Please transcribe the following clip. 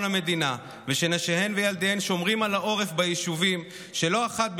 המדינה ושנשיהן וילדיהן שומרים על העורף ביישובים שלא אחת,